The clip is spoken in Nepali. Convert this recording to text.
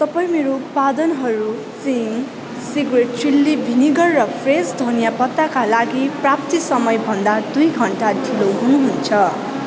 तपाईँ मेरो उत्पादनहरू चिङ् सिक्रेट चिल्ली भिनेगर र फ्रेस धनियाँ पत्ताका लागि प्राप्ति समय भन्दा दुई घन्टा ढिलो हुनुहुन्छ